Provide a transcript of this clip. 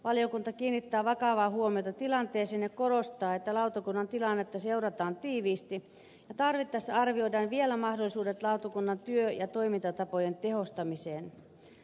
valiokunta kiinnittää vakavaa huomiota tilanteeseen ja korostaa että lautakunnan tilannetta seurataan tiiviisti ja tarvittaessa arvioidaan vielä mahdollisuudet lautakunnan työ ja toimintatapojen tehostamiseen